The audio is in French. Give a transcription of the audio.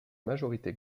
majorité